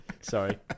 Sorry